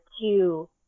two